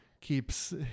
keeps